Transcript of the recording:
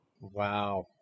Wow